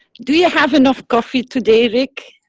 do you have enough coffee today rick?